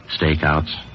Stakeouts